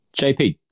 jp